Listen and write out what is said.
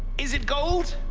is it gold?